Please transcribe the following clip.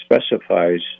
specifies